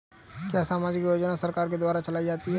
क्या सामाजिक योजना सरकार के द्वारा चलाई जाती है?